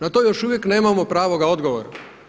Na to još uvijek nemamo pravoga odgovora.